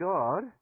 God